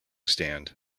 stand